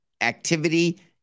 activity